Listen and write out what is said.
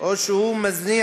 או שהוא מזניח